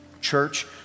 Church